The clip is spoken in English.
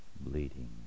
bleeding